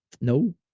No